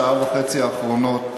אני שמעתי פה במשך השעה וחצי האחרונה,